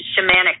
shamanic